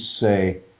say